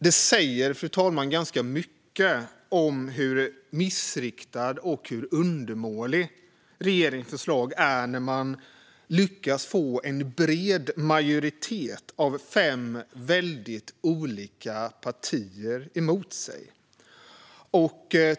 Det säger ganska mycket, fru talman, om hur missriktat och undermåligt regeringens förslag är när man lyckas få en bred majoritet av fem väldigt olika partier emot sig.